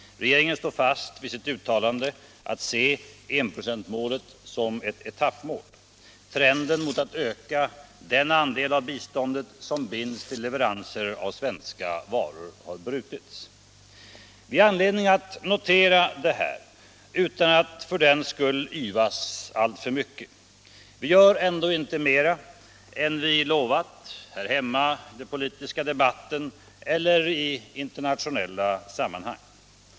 Regeringen står fast vid sitt uttalande att se enprocentsmålet som ett etappmål. Trenden mot att öka den andel av biståndet som binds till leveranser av svenska varor har brutits. Vi har anledning att notera detta utan att för den skull yvas alltför mycket. Vi gör inte mer än vi lovat här hemma i den politiska debatten eller i internationella åtaganden.